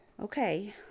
Okay